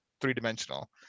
three-dimensional